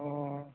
অঁ